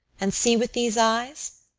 and see with these eyes?